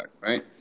Right